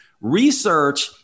Research